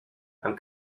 amb